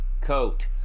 coat